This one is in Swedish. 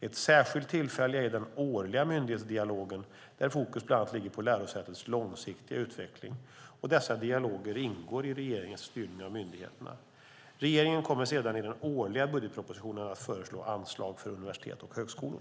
Ett särskilt tillfälle är den årliga myndighetsdialogen där fokus bland annat ligger på lärosätets långsiktiga utveckling. Dessa dialoger ingår i regeringens styrning av myndigheterna. Regeringen kommer sedan i den årliga budgetpropositionen att föreslå anslag för universitet och högskolor.